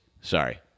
Sorry